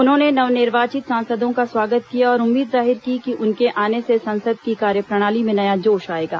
उन्होंने नव निर्वाचित सांसदों का स्वागत किया और उम्मीद जाहिर की कि उनके आने से संसद की कार्यप्रणाली में नया जोश आएगा